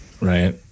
Right